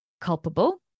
culpable